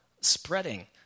spreading